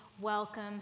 Welcome